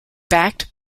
backed